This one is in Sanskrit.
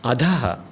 अधः